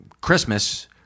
Christmas